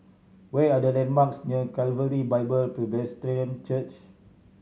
where are the landmarks near Calvary Bible Presbyterian Church